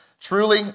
Truly